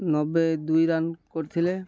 ନବେ ଦୁଇ ରନ୍ କରିଥିଲେ